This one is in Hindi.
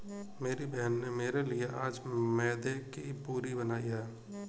मेरी बहन में मेरे लिए आज मैदे की पूरी बनाई है